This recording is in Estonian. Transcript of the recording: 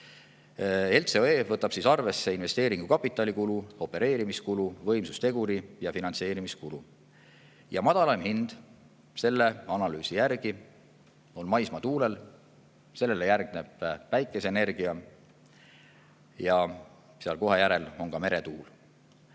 LCOE võtab arvesse investeeringu kapitalikulu, opereerimiskulu, võimsusteguri ja finantseerimiskulu. Madalaim hind selle analüüsi järgi on maismaatuulel, sellele järgneb päikeseenergia ja kohe seal järel on ka meretuul.